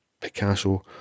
Picasso